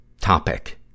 topic